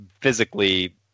physically